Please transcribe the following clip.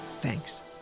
thanks